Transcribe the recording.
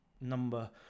number